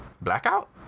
Blackout